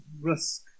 risk